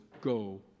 go